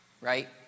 right